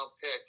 pick